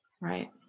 Right